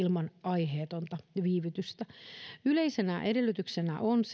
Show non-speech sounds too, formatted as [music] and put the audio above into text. ilman aiheetonta viivytystä yleisenä edellytyksenä on [unintelligible]